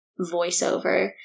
voiceover